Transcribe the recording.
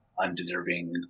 undeserving